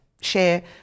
share